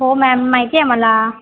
हो मॅम माहिती आहे मला